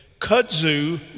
kudzu